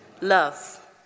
love